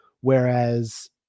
Whereas